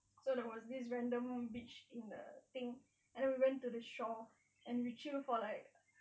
so there was this random beach in a thing and then we went to the shore and we chill for like